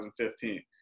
2015